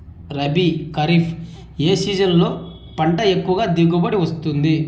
రబీ, ఖరీఫ్ ఏ సీజన్లలో పంట ఎక్కువగా దిగుబడి వస్తుంది